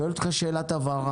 אני שואל אותך שאלת הבהרה.